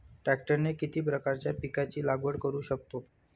ट्रॅक्टरने किती प्रकारच्या पिकाची लागवड करु शकतो?